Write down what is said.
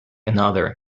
another